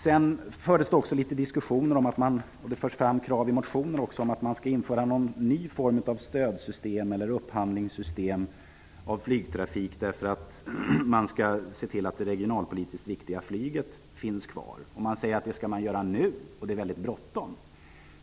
Det fördes diskussioner om att införa en ny form av stödsystem eller upphandlingssystem för flygtrafiken för att se till att det regionalpolitiskt viktiga flyget finns kvar. Man säger att det skall göras nu, det är väldigt bråttom.